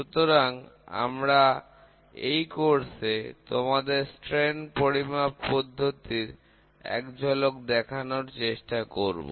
সুতরাং আমরা এই কোর্সে তোমাদের বিকৃতি পরিমাপ পদ্ধতির এক ঝলক দেখানোর চেষ্টা করব